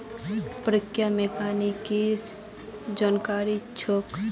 प्रियंका मैक्रोइकॉनॉमिक्सेर जानकार छेक्